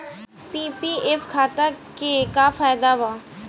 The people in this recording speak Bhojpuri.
पी.पी.एफ खाता के का फायदा बा?